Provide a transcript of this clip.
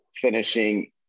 finishing